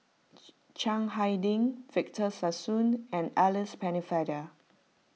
Chiang Hai Ding Victor Sassoon and Alice Pennefather